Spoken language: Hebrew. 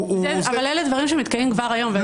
אלה דברים שמתקיימים כבר היום.